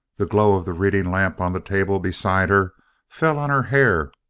the glow of the reading lamp on the table beside her fell on her hair,